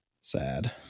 sad